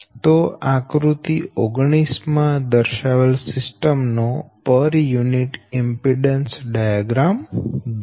તો આકૃતિ 19 માં દર્શાવેલ સિસ્ટમ નો પર યુનિટ ઈમ્પીડન્સ ડાયાગ્રામ દોરો